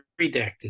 redacted